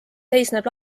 seisneb